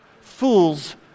Fools